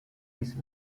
his